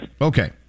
Okay